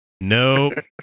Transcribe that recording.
Nope